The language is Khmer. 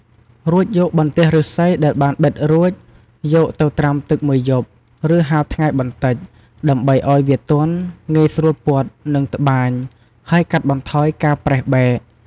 រួចយកបន្ទះឫស្សីដែលបានបិតរួច យកទៅត្រាំទឹកមួយយប់ ឬហាលថ្ងៃបន្តិច ដើម្បីឱ្យវាទន់ ងាយស្រួលពត់ និងត្បាញ ហើយកាត់បន្ថយការប្រេះបែក។